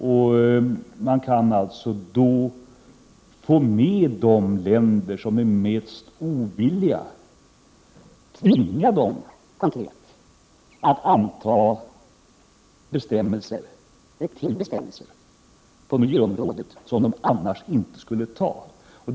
Man kan genom denna beslutsordning få med de länder som är mest ovilliga; tvinga på dem bestämmelser på miljöområdet som dessa länder annars inte skulle anta.